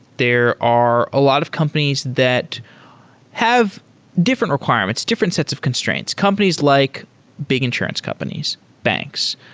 there are a lot of companies that have different requirements, different sets of constraints. companies like big insurance companies, banks,